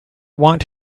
want